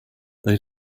they